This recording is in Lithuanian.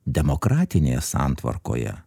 demokratinėje santvarkoje